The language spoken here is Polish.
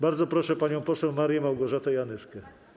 Bardzo proszę panią poseł Marię Małgorzatę Janyską.